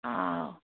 ꯑꯥꯎ